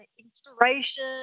inspiration